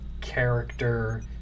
character